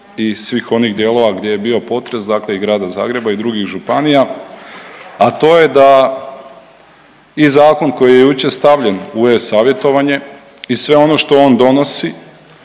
i svih onih dijelova gdje je bio potres, dakle i Grada Zagreba i drugih županija, a to je da i zakon koji je jučer stavljen u e-savjetovanje i sve ono što on donosi